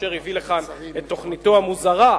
כאשר הוא הביא לכאן את תוכניתו המוזרה,